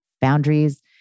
boundaries